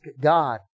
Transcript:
God